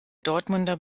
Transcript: dortmunder